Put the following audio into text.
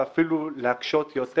ואפילו להקשות יותר,